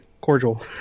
cordial